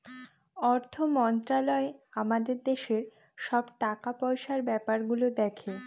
অর্থ মন্ত্রালয় আমাদের দেশের সব টাকা পয়সার ব্যাপার গুলো দেখে